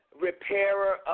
Repairer